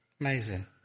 Amazing